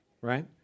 right